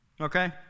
Okay